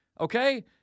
Okay